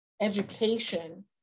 education